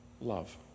love